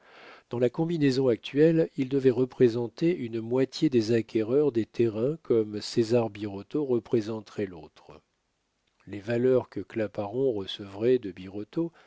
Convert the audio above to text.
dans la combinaison actuelle il devait représenter une moitié des acquéreurs des terrains comme césar birotteau représenterait l'autre les valeurs que claparon recevrait de